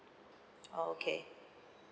okay